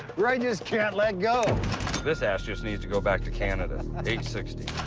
ray just can't let go this ash just needs to go back to canada and sixty.